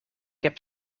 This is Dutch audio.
heb